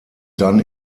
dann